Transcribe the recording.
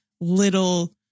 little